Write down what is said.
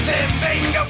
Living